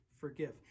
forgive